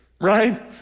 right